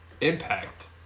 impact